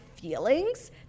feelings